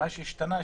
מה שהשתנה,